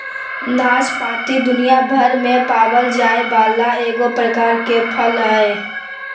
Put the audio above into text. नाशपाती दुनियाभर में पावल जाये वाला एगो प्रकार के फल हइ